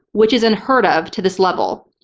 which is unheard of to this level.